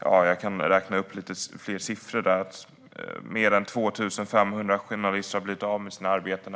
Jag kan räkna upp en massa siffror. Efter kuppförsöket har mer än 2 500 journalister blivit av med sina arbeten.